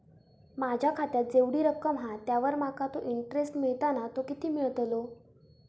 माझ्या खात्यात जेवढी रक्कम हा त्यावर माका तो इंटरेस्ट मिळता ना तो किती मिळतलो?